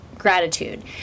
gratitude